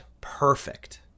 perfect